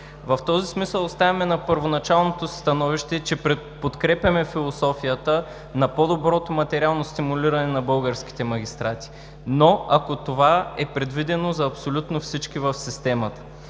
В този смисъл оставаме на първоначалното си становище, че подкрепяме философията на по-доброто материално стимулиране на българските магистрати, но ако това е предвидено за абсолютно всички в системата.